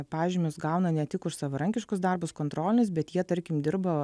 pažymius gauna ne tik už savarankiškus darbus kontrolinius bet jie tarkim dirba